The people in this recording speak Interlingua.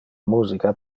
musica